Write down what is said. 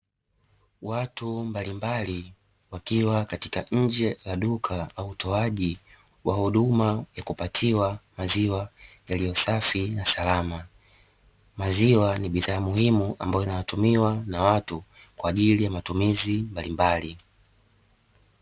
Watu mbalimbali wakiwa katika nje ya duka la utoaji wa huduma ya kupatiwa maziwa yaliyo safi na salama, maziwa ni bidhaa muhimu ambayo inatumiwa na watu kwaajili ya matumizi mbalimbali.